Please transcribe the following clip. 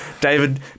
David